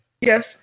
Yes